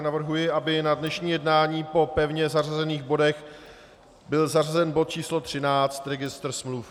Navrhuji, aby na dnešní jednání po pevně zařazených bodech byl zařazen bod číslo 13, registr smluv.